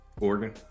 Oregon